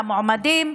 למועמדים,